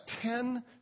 ten